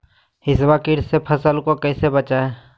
हिसबा किट से फसल को कैसे बचाए?